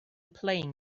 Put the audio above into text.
playing